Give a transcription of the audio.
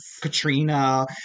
Katrina